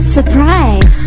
Surprise